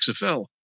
XFL